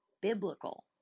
biblical